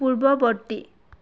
পূৰ্বৱৰ্তী